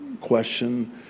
question